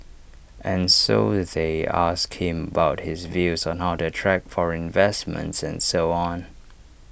and so they asked him about his views on how to attract foreign investments and so on